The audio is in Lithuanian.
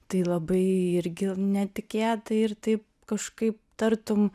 tai labai irgi netikėtai ir taip kažkaip tartum